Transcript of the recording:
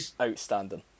outstanding